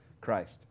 Christ